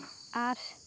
আঠ